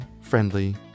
friendly